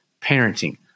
parenting